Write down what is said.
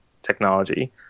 technology